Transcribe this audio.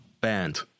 Banned